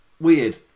weird